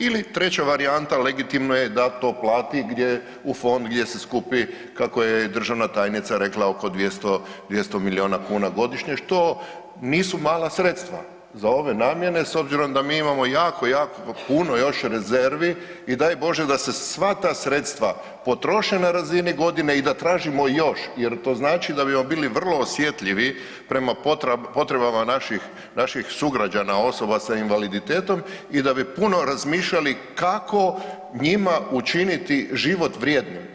Ili treća varijanta legitimno je da to plati u fond gdje se skupi kako je i državna tajnica rekla oko 200 milijuna kuna godišnje što nisu mala sredstva za ove namjene s obzirom da mi imamo jako, jako puno još rezervi i daj Bože da se sva ta sredstva potroše na razini godine i da tražimo još jer to znači da bismo bili vrlo osjetljivi prema potrebama naših sugrađana, osoba sa invaliditetom i da bi puno razmišljali kako njima učiniti život vrijednim.